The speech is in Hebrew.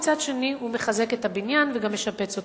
ומצד שני הוא מחזק את הבניין וגם משפץ אותו.